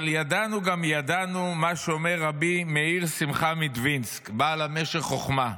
אבל ידענו גם ידענו מה שאומר רבי מאיר שמחה מדווינסק בעל ה"משך חוכמה",